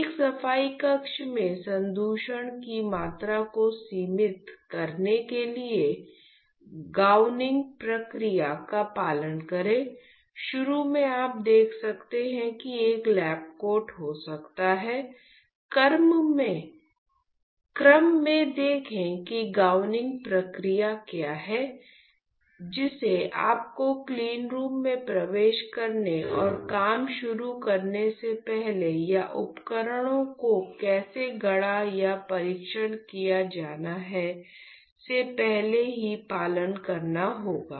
एक सफाई कक्ष में संदूषण की मात्रा को सीमित करने के लिए गाउनिंग प्रक्रिया का पालन करें शुरू में आप देख सकते हैं कि एक लैब कोट हो सकता है क्रम में देखें कि गाउनिंग प्रक्रिया क्या है जिसे आपको क्लीनरूम में प्रवेश करने और काम शुरू करने से पहले या उपकरणों को कैसे गढ़ा या परीक्षण किया जाना है से पहले ही पालन करना होगा